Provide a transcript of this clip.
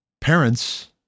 parents